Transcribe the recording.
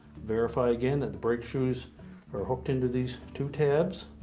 verify again that the brake shoes are hooked into these two tabs,